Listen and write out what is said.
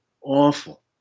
awful